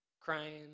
crying